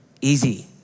Easy